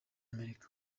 amerika